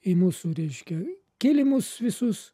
į mūsų reiškia kilimus visus